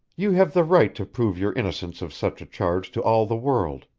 you have the right to prove your innocence of such charge to all the world,